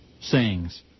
Sayings